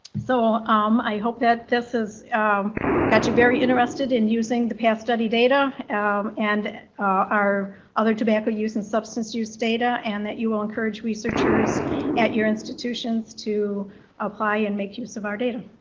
so um i hope that this has got you very interested in using the path study data um and our other tobacco use and substance use data and that you will encourage researchers at your institutions to apply and make use of our data.